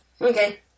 Okay